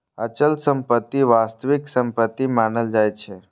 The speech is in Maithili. अचल संपत्ति वास्तविक संपत्ति मानल जाइ छै